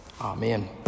Amen